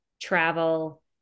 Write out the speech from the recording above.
travel